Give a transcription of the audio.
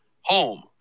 home